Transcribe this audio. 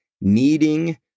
kneading